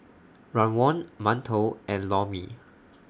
Rawon mantou and Lor Mee